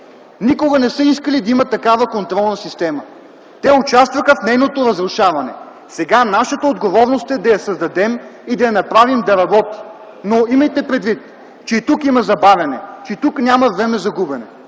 никога не са искали да има такава контролна система. Те участваха в нейното разрушаване. Сега нашата отговорност е да я създадем и да я направим да работи. Имайте предвид, че и тук има забавяне, че и тук няма време за губене.